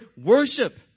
worship